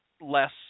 less